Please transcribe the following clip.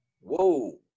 Whoa